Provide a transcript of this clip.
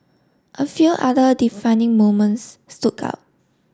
a few other defining moments stood out